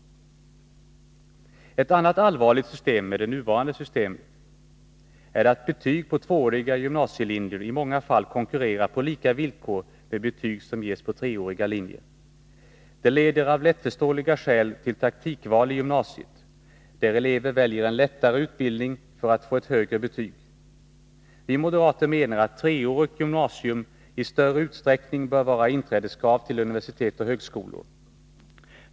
Ett annat allvarligt problem med det nuvarande systemet är att betyg på tvååriga gymnasielinjer i många fall konkurrerar på lika villkor med betyg som ges på treåriga linjer. Det leder av lättförståeliga skäl till taktikval i gymnasiet, där elever väljer en lättare utbildning för att få ett högre betyg. Vi moderater menar att treårigt gymnasium i större utsträckning bör vara inträdeskrav till universitet och högskolor.